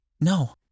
No